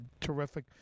terrific